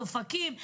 אופקים,